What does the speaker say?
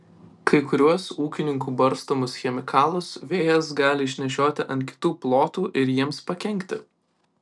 kai kuriuos ūkininkų barstomus chemikalus vėjas gali išnešioti ant kitų plotų ir jiems pakenkti